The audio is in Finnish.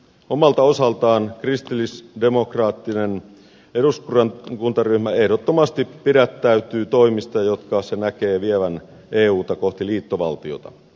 omalta osaltaan kristillisdemokraattinen eduskuntaryhmä ehdottomasti pidättäytyy toimista joiden se näkee vievän euta kohti liittovaltiota